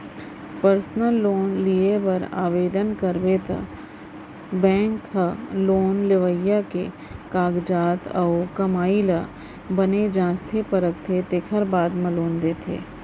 personal loan लिये बर ओवदन करबे त बेंक ह लोन लेवइया के कागजात अउ कमाई ल बने जांचथे परखथे तेकर बादे म लोन देथे